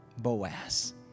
Boaz